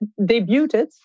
debuted